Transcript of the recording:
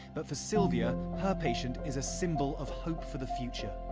but, for sylvia, her patient is a symbol of hope for the future.